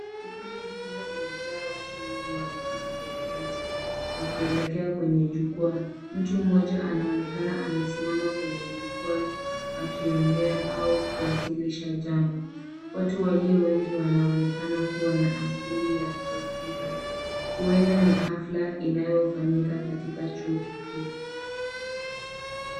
Ukumbi mkubwa umejaa watu wengi wameketi kwenye viti wakielekea kwenye jukwaa. Mtu mmoja anaonekana amesimama kwenye jukwaa akiongea au kuwasilisha jambo. Watu walio wengi wanaonekana kuwa na asili ya kiafrika. Huenda ni hafla inayofanyika katika chuo kikuu.